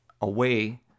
away